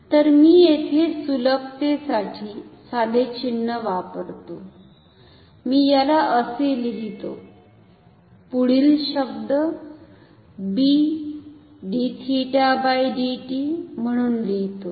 तर मी येथे सुलभतेसाठी साधे चिन्ह वापरतो मी याला असे लिहितो पुढील शब्द म्हणून लिहितो